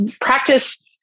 practice